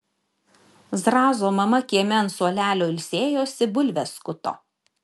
zrazo mama kieme ant suolelio ilsėjosi bulves skuto